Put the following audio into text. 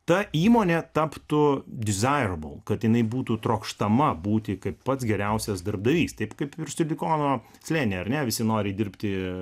ta įmonė taptų kad jinai būtų trokštama būti kaip pats geriausias darbdavys taip kaip slėny ar ne visi nori dirbti